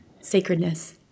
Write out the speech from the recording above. sacredness